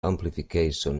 amplification